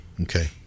Okay